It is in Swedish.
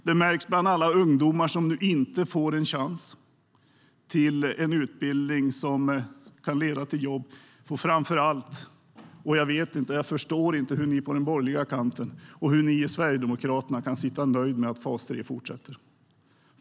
Det märks bland alla ungdomar som nu inte får en chans till en utbildning som kan leda till jobb. Jag förstår inte hur ni på den borgerliga kanten och ni i Sverigedemokraterna kan sitta nöjda med att fas 3 fortsätter.